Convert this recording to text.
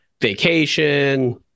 vacation